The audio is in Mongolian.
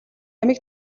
амийг